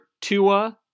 Tua